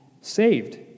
saved